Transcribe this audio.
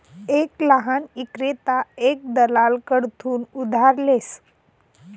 एक लहान ईक्रेता एक दलाल कडथून उधार लेस